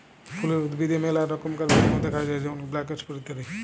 ফুলের উদ্ভিদে মেলা রমকার ব্যামো দ্যাখা যায় যেমন ব্ল্যাক স্পট ইত্যাদি